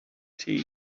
tea